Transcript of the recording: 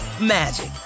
magic